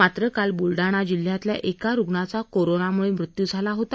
मात्र काल बुलडाणा जिल्ह्यातल्या एका रुग्णाचा कोरोनामुळे मृत्यू झाला होता